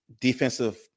defensive